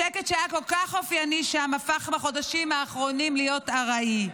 השקט שהיה כל כך אופייני שם הפך בחודשים האחרונים להיות ארעי.